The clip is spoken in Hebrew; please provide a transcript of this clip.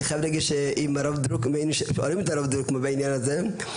אני חייב להגיד שאם היינו שואלים את הרב דרוקמן בעניין הזה,